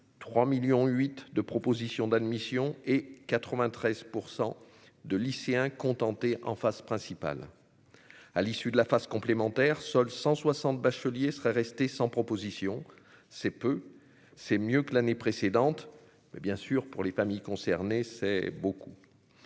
3 millions huit de proposition d'admission et 93 % de lycéens contenté en face, principal à l'issue de la phase complémentaire, seuls 160 bachelier serait resté sans proposition, c'est peu, c'est mieux que l'année précédente, mais bien sûr, pour les familles concernées, c'est beaucoup,